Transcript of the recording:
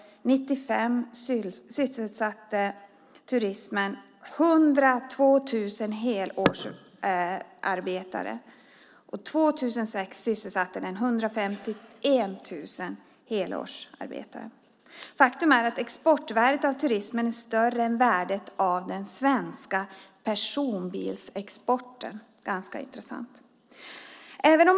År 1995 sysselsatte turismen 102 000 helårsarbetare, och år 2006 sysselsattes 151 000 helårsarbetare. Faktum är att turismens exportvärde är större än den svenska personbilsexportens värde, vilket är ganska intressant.